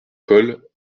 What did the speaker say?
colle